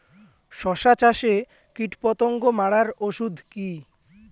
শসা চাষে কীটপতঙ্গ মারার ওষুধ কি?